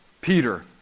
Peter